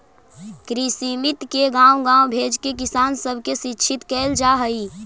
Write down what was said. कृषिमित्र के गाँव गाँव भेजके किसान सब के शिक्षित कैल जा हई